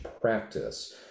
practice